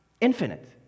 infinite